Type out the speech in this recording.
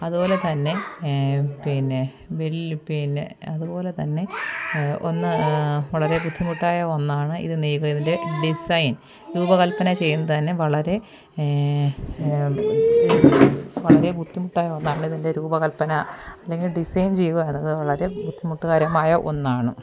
അത്പോലെ തന്നെ പിന്നെ വെല്ലു പിന്നെ അത്പോലെ തന്നെ ഒന്ന് വളരെ ബുദ്ധിമുട്ടായി ഒന്നാണ് ഇത് നെയ്തവരുടെ ഡിസൈൻ രൂപകൽപ്പന ചെയ്യുന്നത് തന്നെ വളരെ വളരെ ബുദ്ധിമുട്ടായ ഒന്നാണ് ഇതിന്റെ രൂപകൽപ്പന അല്ലെങ്കിൽ ഡിസൈൻ ചെയ്യുക വളരെ ബുദ്ധിമുട്ട് പരമായ ഒന്നാണ്